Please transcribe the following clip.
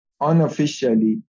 unofficially